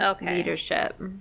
leadership